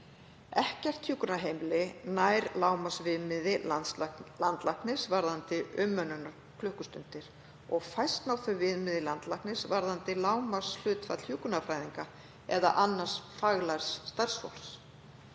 Ekkert hjúkrunarheimili nær lágmarksviðmiði landlæknis varðandi umönnunarklukkustundir og fæst ná þau viðmiði landlæknis varðandi lágmarkshlutfall hjúkrunarfræðinga eða annars faglærðs starfsfólks.